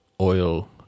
oil